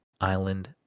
island